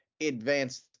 advanced